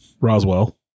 roswell